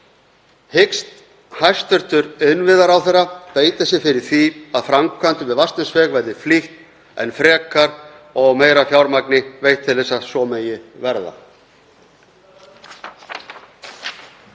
Hyggst hæstv. innviðaráðherra beita sér fyrir því að framkvæmdum við Vatnsnesveg verði flýtt enn frekar og meira fjármagn veitt til þess að svo megi verða?